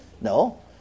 No